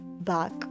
back